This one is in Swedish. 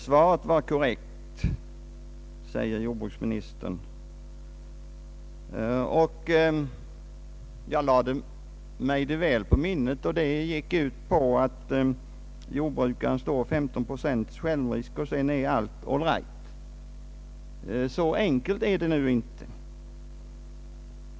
Svaret var korrekt, säger jordbruksministern. Jag lade väl på minnet vad som sades, och det gick ut på att jordbrukaren står 15 procents självrisk, och sedan är allt i sin ordning. Men så enkelt är det inte.